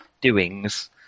doings